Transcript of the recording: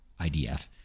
IDF